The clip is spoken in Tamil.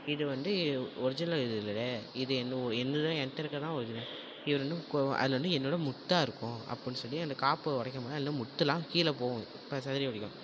இது வந்து ஒரிஜினல் இது இல்லவே இது என்னோ என்னுது தான் என்கிட்ட இருக்குறது தான் ஒரிஜினல் இவரு வந்து கொ அதில் வந்து என்னோட முத்தா இருக்கும் அப்படின்னு சொல்லி அந்த காப்பை உடைக்கும் போது அதுலருந்து முத்துலாம் கீழ போவும் அப்படி சிதறி ஓடும்